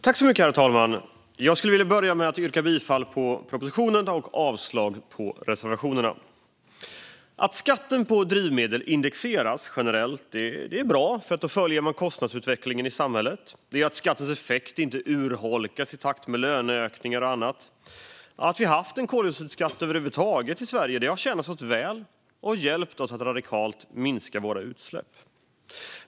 Herr talman! Jag börjar med att yrka bifall till propositionen och avslag på reservationerna. Att skatten på drivmedel indexeras generellt är bra. Då följer man nämligen kostnadsutvecklingen i samhället. Det gör att skattens effekt inte urholkas i takt med löneökningar och annat. Att vi har haft en koldioxidskatt över huvud taget i Sverige har tjänat oss väl och hjälpt oss att radikalt minska våra utsläpp.